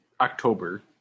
October